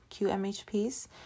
QMHPs